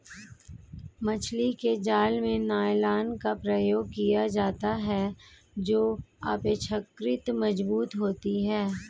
मछली के जाल में नायलॉन का प्रयोग किया जाता है जो अपेक्षाकृत मजबूत होती है